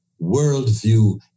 worldview